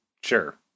Sure